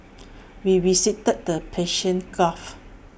we visited the Persian gulf